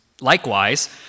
Likewise